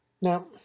Now